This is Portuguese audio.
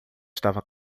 estava